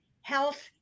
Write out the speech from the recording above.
health